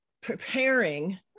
preparing